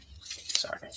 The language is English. Sorry